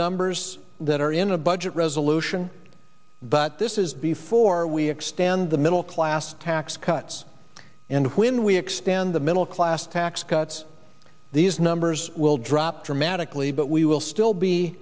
numbers that are in a budget resolution but this is before we extend the middle class tax cuts and when we extend the middle class tax cuts these numbers will drop dramatically but we will still be